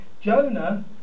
Jonah